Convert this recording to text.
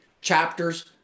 chapters